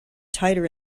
tighter